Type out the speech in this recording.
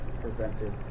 prevented